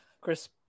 Chris